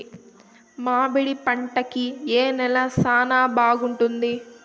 మామిడి పంట కి ఏ నేల చానా బాగుంటుంది